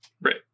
Right